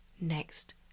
next